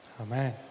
Amen